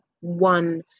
one